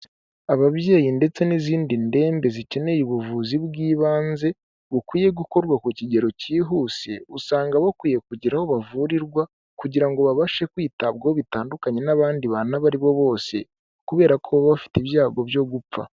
Ababyeyi ndetse n'izindi ndembe zikeneye ubuvuzi bw'ibanze, bukwiye gukorwa ku kigero cyihuse, usanga bakwiye kugira aho bavurirwa kugira ngo babashe kwitabwaho bitandukanye n'abandi bantu abo aribo bose, kubera ko baba bafite ibyago byo gupfa.